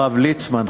הרב ליצמן,